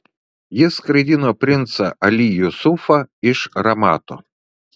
jis skraidino princą ali jusufą iš ramato